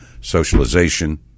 socialization